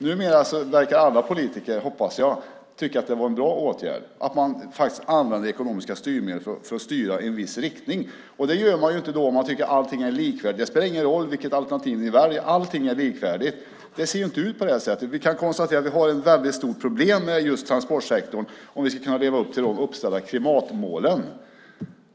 Numera verkar alla politiker - jag hoppas att det är så - tycka att det var en bra åtgärd att använda ekonomiska styrmedel för att styra i en viss riktning. Men det gör man inte om man tycker att allt är likvärdigt och säger: Det spelar ingen roll vilket alternativ ni väljer. Allting är likvärdigt. Det ser inte ut på det sättet! Vi kan konstatera att vi har ett väldigt stort problem med just transportsektorn när det gäller möjligheten att leva upp till uppsatta klimatmål.